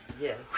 Yes